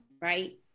Right